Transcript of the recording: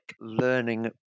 learning